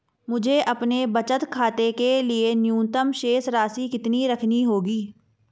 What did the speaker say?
मुझे अपने बचत खाते के लिए न्यूनतम शेष राशि कितनी रखनी होगी?